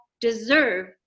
deserve